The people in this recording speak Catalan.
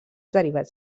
derivats